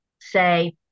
say